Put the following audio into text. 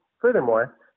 furthermore